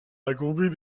accomplit